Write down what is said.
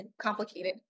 complicated